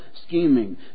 scheming